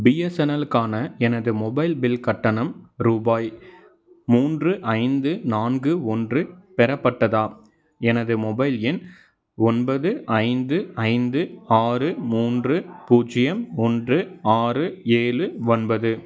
பிஎஸ்என்எல்லுக்கான எனது mobile bill கட்டணம் ரூபாய் மூன்று ஐந்து நான்கு ஒன்று பெறப்பட்டதா எனது மொபைல் எண் ஒன்பது ஐந்து ஐந்து ஆறு மூன்று பூஜ்ஜியம் ஒன்று ஆறு ஏழு ஒன்பது